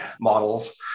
models